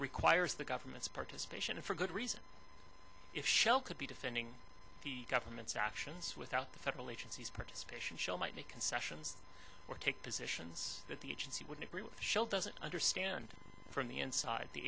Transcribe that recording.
requires the government's participation and for good reason if shell could be defending the government's actions without the federal agencies participation show might make concessions or take positions that the agency would agree with shell doesn't understand from the inside the